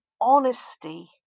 honesty